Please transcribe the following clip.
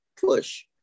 push